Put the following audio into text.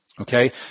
Okay